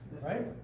Right